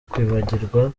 kwibagirwa